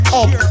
up